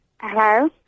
Hello